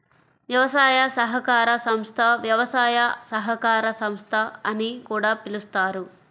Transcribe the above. వ్యవసాయ సహకార సంస్థ, వ్యవసాయ సహకార సంస్థ అని కూడా పిలుస్తారు